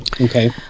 Okay